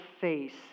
face